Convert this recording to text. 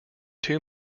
two